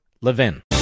LEVIN